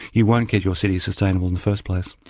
you won't get your city sustainable in the first place.